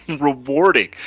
rewarding